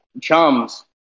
Chums